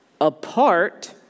apart